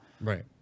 Right